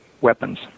weapons